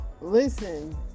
listen